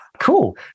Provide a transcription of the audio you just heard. cool